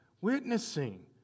witnessing